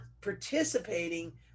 participating